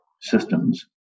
systems